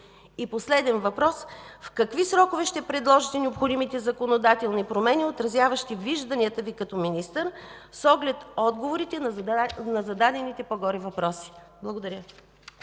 И последен въпрос, в какви срокове ще предложите необходимите законодателни промени, отразяващи вижданията Ви като министър, с оглед отговорите на зададените по-горе въпроси? Благодаря.